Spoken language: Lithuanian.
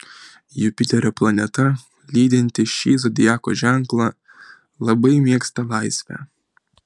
jupiterio planeta lydinti šį zodiako ženklą labai mėgsta laisvę